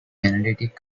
analytic